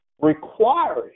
requiring